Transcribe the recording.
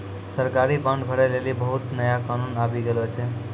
सरकारी बांड भरै लेली बहुते नया कानून आबि गेलो छै